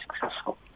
successful